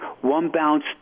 one-bounce